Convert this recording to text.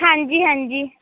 ਹਾਂਜੀ ਹਾਂਜੀ